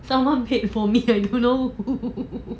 someone paid for me I don't know who